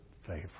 favor